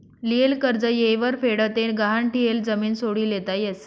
लियेल कर्ज येयवर फेड ते गहाण ठियेल जमीन सोडी लेता यस